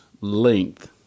length